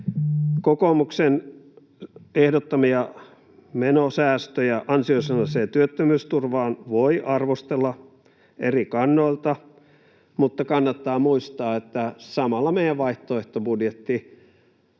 Kokoomuksen ehdottamia menosäästöjä ansiosidonnaiseen työttömyysturvaan voi arvostella eri kannoilta. Mutta kannattaa muistaa, että samalla meidän vaihtoehtobudjettimme